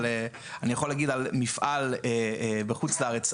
אבל אני יכול להגיד על מפעל בחוץ לארץ,